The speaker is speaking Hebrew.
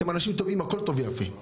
אתם אנשים טובים, הכול טוב ויפה,